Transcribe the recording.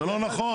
זה לא נכון.